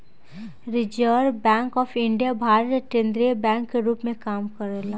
reserve bank of India Bharat के केंद्रीय bank के रूप में काम करेला